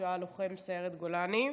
שהיה לוחם סיירת גולני.